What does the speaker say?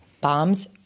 bombs